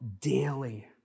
daily